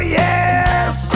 yes